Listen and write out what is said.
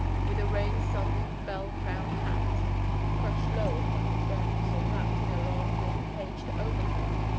with a rain-sodden, bell-crowned hat crushed low upon his brows, and wrapped in a long, many-caged overcoat,